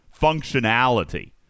Functionality